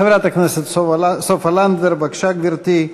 חברת הכנסת סופה לנדבר, בבקשה, גברתי.